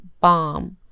Bomb